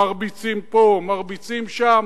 מרביצים פה, מרביצים שם.